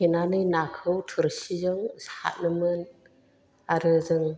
थेनानै नाखौ थोरसिजों साथनोमोन आरो जों